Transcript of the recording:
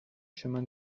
chemin